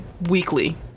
weekly